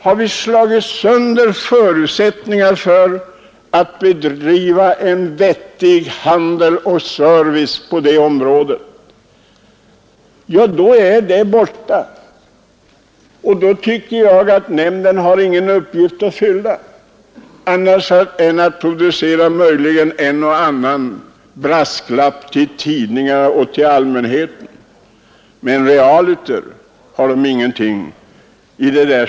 Har vi slagit sönder förutsättningarna för en vettig handel, så är servicen borta, och då tycker jag att nämnden inte har någon uppgift att fylla annat än att möjligen producera en och annan brasklapp till tidningarna — realiter har den ingenting att syssla med.